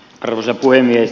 arvoisa puhemies